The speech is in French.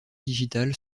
digital